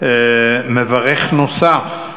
מברך נוסף,